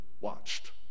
watched